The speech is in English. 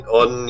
on